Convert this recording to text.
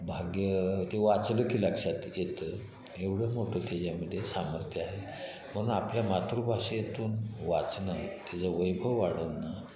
भाग्य ते वाचलं की लक्षात येतं एवढं मोठं त्याच्यामध्ये सामर्थ्य आहे म्हणून आपल्या मातृभाषेतून वाचणं त्याचं वैभव वाढवणं